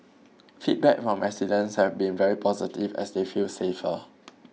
feedback from residents have been very positive as they feel safer